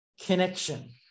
connection